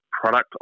product